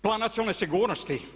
Plan nacionalne sigurnosti.